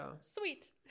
sweet